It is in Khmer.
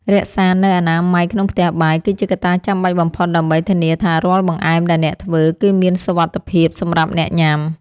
រក្សានូវអនាម័យក្នុងផ្ទះបាយ គឺជាកត្តាចាំបាច់បំផុតដើម្បីធានាថារាល់បង្អែមដែលអ្នកធ្វើ គឺមានសុវត្ថិភាពសម្រាប់អ្នកញ៉ាំ។